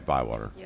Bywater